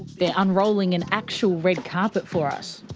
they are unrolling an actual red carpet for us.